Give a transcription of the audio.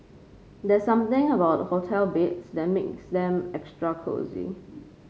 there's something about hotel beds that makes them extra cosy